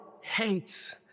hates